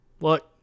look